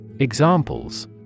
Examples